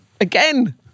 Again